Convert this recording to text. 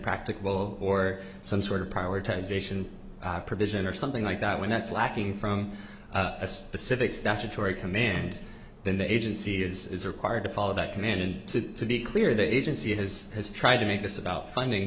practicable or some sort of prioritize ation provision or something like that when that's lacking from a specific statutory command then the agency is required to follow that command and to be clear the agency has has tried to make this about funding